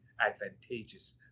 advantageous